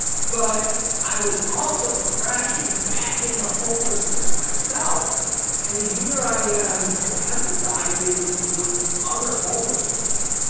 but i was also crashing back into homelessness myself and here i am empathizing with other homeless people.